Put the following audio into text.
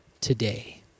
today